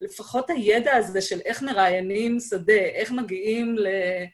לפחות הידע הזה של איך מראיינים שדה, איך מגיעים ל...